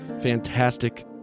fantastic